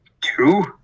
two